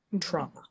trauma